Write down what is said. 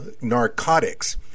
narcotics